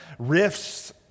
riffs